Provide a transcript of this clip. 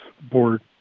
board